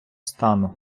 стану